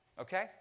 okay